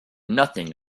nothing